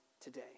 today